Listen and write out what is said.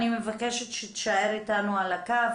אני מבקשת שתישאר איתנו על הקו,